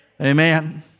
Amen